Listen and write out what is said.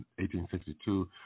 1862